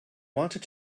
wanted